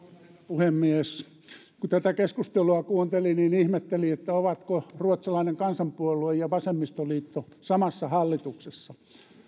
puhemies kun tätä keskustelua kuunteli niin ihmetteli ovatko ruotsalainen kansanpuolue ja vasemmistoliitto samassa hallituksessa